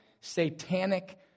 satanic